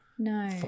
No